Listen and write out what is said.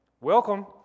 Welcome